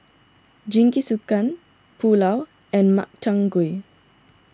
Jingisukan Pulao and Makchang Gui